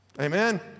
Amen